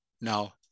now